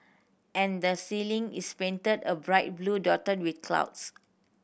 and the ceiling is painted a bright blue dotted with clouds